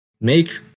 make